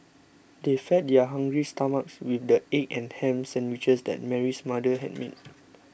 they fed their hungry stomachs with the egg and ham sandwiches that Mary's mother had made